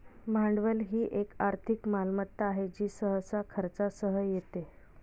भांडवल ही एक आर्थिक मालमत्ता आहे जी सहसा खर्चासह येते